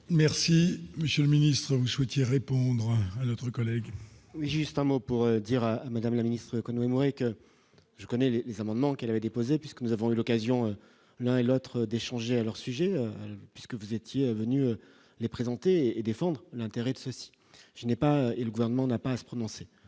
Merci monsieur le ministre, vous souhaitiez répondre notre collègue. Oui, juste un mot pour dire à Madame la ministre, que nous, moi, que je connais les amendements qu'elle avait déposé, puisque nous avons eu l'occasion, l'un et l'autre d'échanger leur sujet puisque vous étiez venu les présenter et défendre l'intérêt de ceux-ci, je n'ai pas et le gouvernement n'a pas à se prononcer